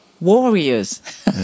warriors